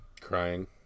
Crying